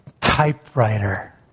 Typewriter